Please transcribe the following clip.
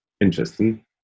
interesting